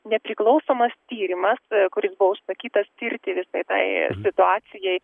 nepriklausomas tyrimas kuris buvo užsakytas tirti visai tai situacijai